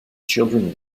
children